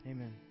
Amen